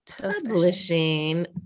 publishing